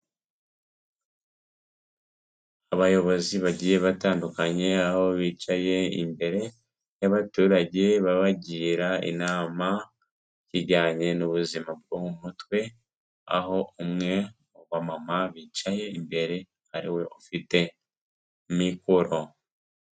Abayobozi bagiye batandukanye aho bicaye imbere y'abaturage babagira inama, y'ikijyanye n'ubuzima bwo mu mutwe, aho umwe mu bamama bicaye imbere ariwe ufite mikoro.